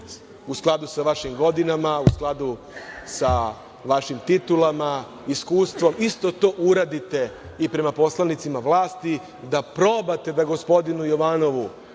u skladu sa vašim titulama, u skladu sa vašim iskustvom, isto to uradite i prema poslanicima vlasti, da probate da gospodinu Jovanovu